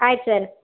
ಆಯ್ತು ಸರ್